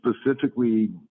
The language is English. specifically